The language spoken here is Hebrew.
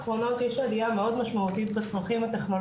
לאחר מכן החברה הזאת תתווך את האנשים האלה לחברות הייטק בישראל.